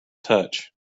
touch